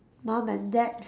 mum and dad